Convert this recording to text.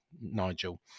Nigel